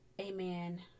Amen